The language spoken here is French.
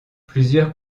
plusieurs